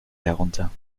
herunter